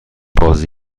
باز